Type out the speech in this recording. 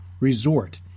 resort